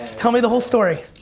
tell me the whole story.